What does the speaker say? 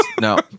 No